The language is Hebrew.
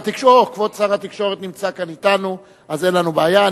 כבוד שר התקשורת נמצא כאן אתנו, אז אין לנו בעיה.